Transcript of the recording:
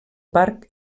parc